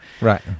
Right